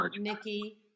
nikki